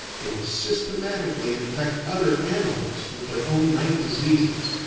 they will systematically infect other animals with their own rank diseases,